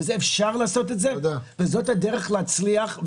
אפשר לעשות את זה וזאת הדרך להצליח.